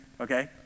okay